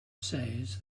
says